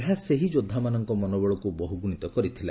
ଏହା ସେହି ଯୋଦ୍ଧାମାନଙ୍କ ମନୋବଳକୁ ବହୁଗୁଶିତ କରିଥିଲା